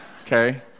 Okay